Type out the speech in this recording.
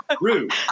Rude